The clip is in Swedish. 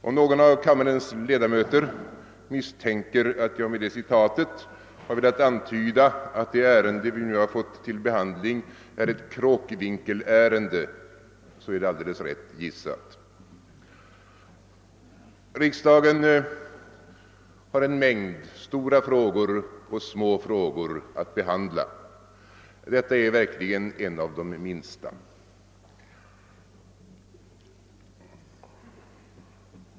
Om någon av kammarens ledamöter misstänker, att jag med citatet har velat antyda att det ärende vi nu har fått till behandling är ett Kråkvinkelärende, så är det alldeles rätt gissat. Riksdagen har en mängd stora frågor och små frågor att behandla. Detta är verkligen en av de minsta.